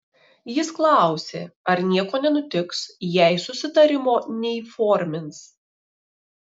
jis klausė ar nieko nenutiks jei susitarimo neįformins